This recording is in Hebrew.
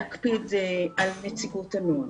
המקומיות הן מובילות את מועצות התלמידים והנוער